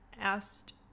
asked